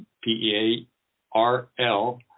P-E-A-R-L